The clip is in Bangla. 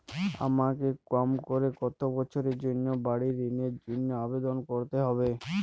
আমাকে কম করে কতো বছরের জন্য বাড়ীর ঋণের জন্য আবেদন করতে হবে?